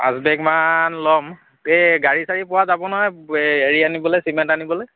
পাঁচ বেগমান ল'ম এই গাড়ী চাৰি পোৱা যাব নহয় এই হেৰি আনিবলৈ চিমেণ্ট আনিবলৈ